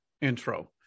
intro